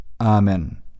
Amen